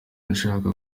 nashakaga